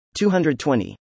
220